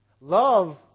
Love